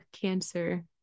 cancer